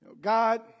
God